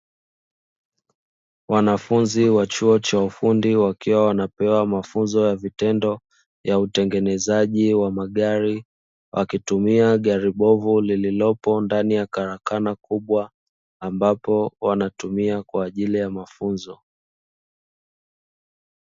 Wanafunzi wa chuo cha ufundi wakiwa wanapewa mafunzo ya vitendo ya utengenezaji wa magari wakitumia gari bovu lililopo ndani ya karakana kubwa, ambapo wanatumia kwa ajili ya mafunzo.